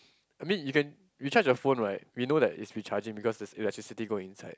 I mean you can we charge the phone right we know that it's recharging because there's electricity going inside